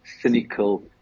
cynical